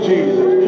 Jesus